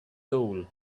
soul